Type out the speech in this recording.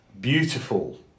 beautiful